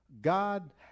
God